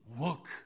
Look